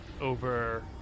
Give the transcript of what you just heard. over